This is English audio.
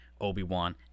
Obi-Wan